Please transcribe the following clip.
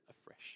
afresh